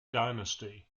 dynasty